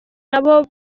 n’abo